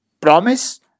promise